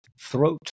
throat